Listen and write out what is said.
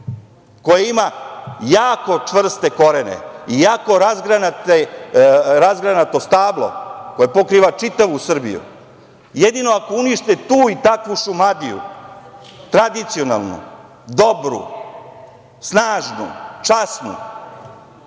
koje ima jako čvrste korene i jako razgranato stablo koje pokriva čitavu Srbiju, jedino ako unište tu i takvu Šumadiju, tradicionalnu, dobru, snažnu, časnu,